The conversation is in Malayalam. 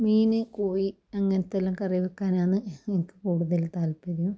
മീൻ കോഴി അങ്ങൻത്തെല്ലോം കറി വെക്കാനാന്ന് എനിക്ക് കൂടുതൽ താൽപ്പര്യം